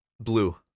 Blue